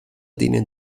denen